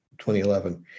2011